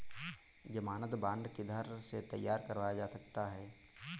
ज़मानत बॉन्ड किधर से तैयार करवाया जा सकता है?